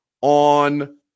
on